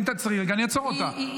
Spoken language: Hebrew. אם תעצרי רגע, אני אעצור אותה.